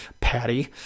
Patty